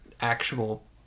actual